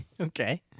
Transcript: Okay